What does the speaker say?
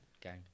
Gang